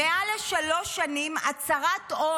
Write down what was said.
השר אמסלם לא הגיש מעל לשלוש שנים הצהרת הון,